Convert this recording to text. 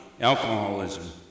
alcoholism